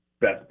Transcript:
best